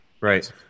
Right